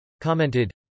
commented